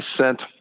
sent